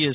S